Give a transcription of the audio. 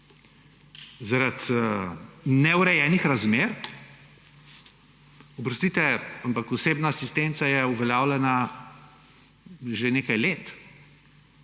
Zaradi neurejenih razmer? Oprostite, ampak osebna asistenca je uveljavljena že nekaj let.